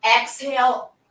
Exhale